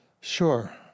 Sure